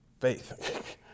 faith